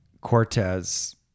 Cortez